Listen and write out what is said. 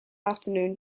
afternoon